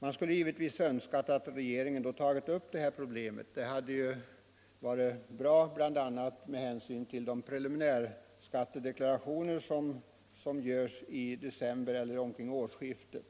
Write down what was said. Man skulle givetvis ha önskat att regeringen då hade tagit upp detta problem. Det hade varit bra bl.a. med hänsyn till de preliminärskattedeklarationer som görs i december eller omkring årsskiftet.